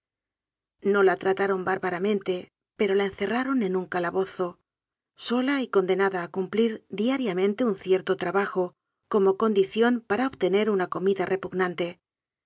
no la trataron bárbaramente pero la encerraron en un calabozo sola y condenada a cumplir diariamente un cierto trabajo como con dición para obtener una comida repugnante